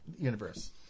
universe